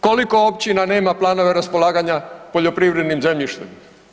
Koliko općina nema planove raspolaganja poljoprivrednim zemljištem?